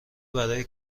برای